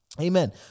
amen